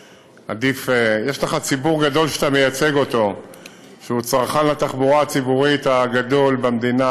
יש לך ציבור גדול שאתה מייצג שהוא צרכן התחבורה הציבורית הגדול במדינה.